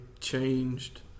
changed